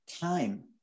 Time